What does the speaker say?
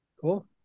Cool